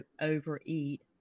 overeat